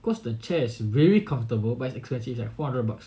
cause chair is very comfortable but is expensive like four hundred bucks